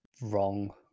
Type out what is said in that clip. wrong